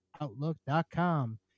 Outlook.com